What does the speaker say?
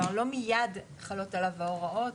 כלומר, לא מיד חלות עליו ההוראות